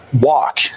walk